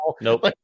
Nope